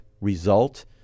result